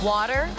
Water